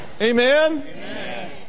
Amen